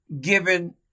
given